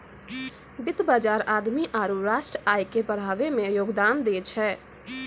वित्त बजार आदमी आरु राष्ट्रीय आय के बढ़ाबै मे योगदान दै छै